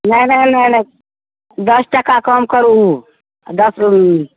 नहि नहि नहि नहि दश टका कम करू दश